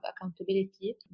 accountability